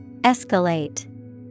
Escalate